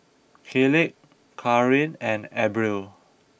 Kayleigh Cathryn and Abril